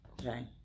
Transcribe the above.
Okay